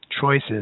choices